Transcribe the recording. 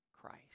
Christ